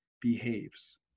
behaves